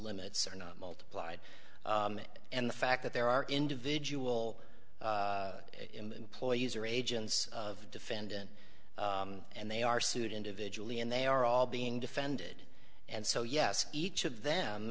limits are not multiplied and the fact that there are individual employees or agents of defendant and they are sued individually and they are all being defended and so yes each of them